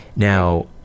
Now